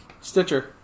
Stitcher